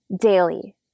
daily